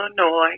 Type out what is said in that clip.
Illinois